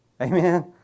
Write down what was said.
Amen